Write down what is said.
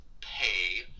pay